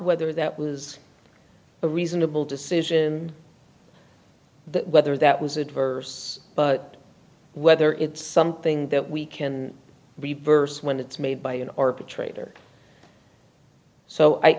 whether that was a reasonable decision whether that was adverse but whether it's something that we can be perverse when it's made by an orca traitor so i